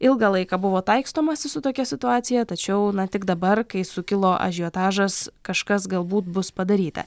ilgą laiką buvo taikstomasi su tokia situacija tačiau tik dabar kai sukilo ažiotažas kažkas galbūt bus padaryta